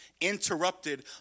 interrupted